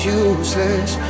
useless